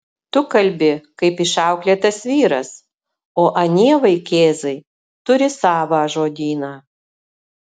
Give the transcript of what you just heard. tu kalbi kaip išauklėtas vyras o anie vaikėzai turi savą žodyną